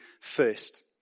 first